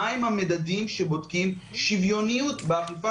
מהם המדדים שבודקים שוויוניות באכיפה?